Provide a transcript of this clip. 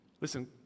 Listen